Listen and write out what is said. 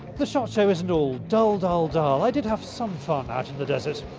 the shot show isn't all dull, dull, dull. i did have some fun out in the desert.